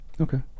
Okay